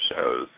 shows